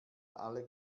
alle